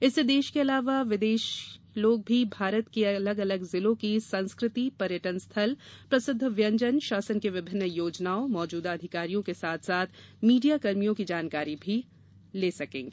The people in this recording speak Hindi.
इससे देश के अलावा विदेशी लोग भी भारत के अलग अलग जिलों की संस्कृति पर्यटन स्थल प्रसिद्ध व्यंजन शासन की विभिन्न योजनाओं मौजूदा अधिकारियों के साथ साथ मीडिया कर्मियों की जानकारी भी मिल सकेगी